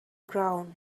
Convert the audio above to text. ground